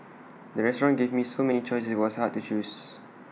the restaurant gave me so many choices was hard to choose